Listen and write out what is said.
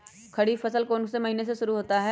खरीफ फसल कौन में से महीने से शुरू होता है?